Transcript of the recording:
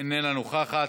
איננה נוכחת.